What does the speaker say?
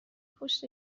پشت